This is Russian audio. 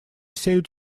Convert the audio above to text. сеют